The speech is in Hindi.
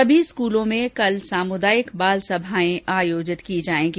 सभी स्कूलों में कल सामुदायिक बालसभाए आयोजित की जायेगी